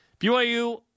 BYU